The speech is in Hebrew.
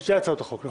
שתי הצעות חוק.